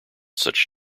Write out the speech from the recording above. such